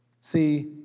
See